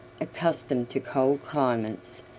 accustomed to cold climates,